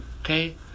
okay